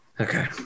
Okay